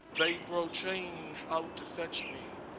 they throw chains out to fetch me,